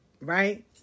right